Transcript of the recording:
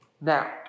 Now